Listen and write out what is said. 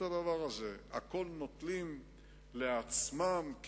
הכול נוטלים לעצמם,